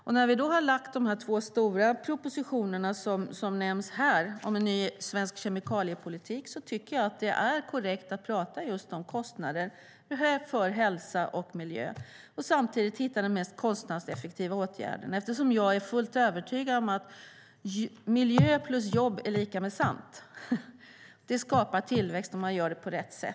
När regeringen har lagt fram de två stora propositionerna om en ny svensk kemikaliepolitik tycker jag att det är korrekt att tala om kostnader för hälsa och miljö. Samtidigt ska vi hitta de mest kostnadseffektiva åtgärderna. Jag är fullt övertygad om att miljö plus jobb är lika med sant! Det skapar tillväxt om man gör rätt.